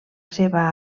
seva